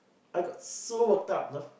I got so worked up know